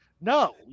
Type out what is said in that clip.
No